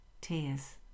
tears